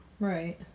right